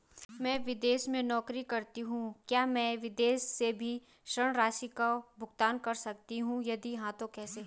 मैं विदेश में नौकरी करतीं हूँ क्या मैं विदेश से भी ऋण राशि का भुगतान कर सकती हूँ यदि हाँ तो कैसे?